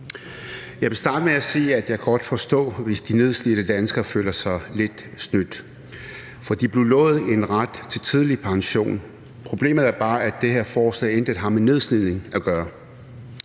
Jeg vil starte med at sige, at jeg godt kan forstå, hvis de nedslidte danskere føler sig lidt snydt, for de blev lovet en ret til tidlig pension. Problemet er bare, at det her forslag intet har med nedslidning at gøre.